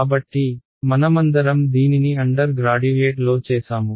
కాబట్టి మనమందరం దీనిని అండర్ గ్రాడ్యుయేట్ లో చేసాము